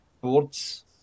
boards